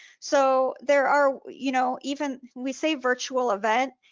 so there are, you know even we say virtual event,